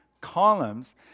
columns